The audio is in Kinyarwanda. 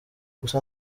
gusa